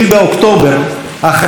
אחרי נעילת הקלפיות,